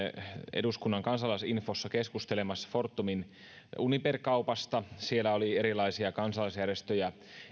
eduskunnan kansalaisinfossa keskustelemassa fortumin uniper kaupasta siellä oli edustettuina erilaisia kansalaisjärjestöjä